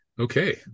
Okay